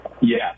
Yes